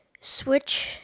switch